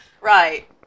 Right